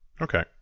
Okay